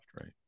right